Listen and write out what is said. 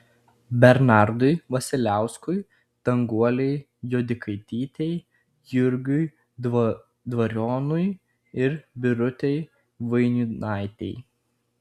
bernardui vasiliauskui danguolei juodikaitytei jurgiui dvarionui ir birutei vainiūnaitei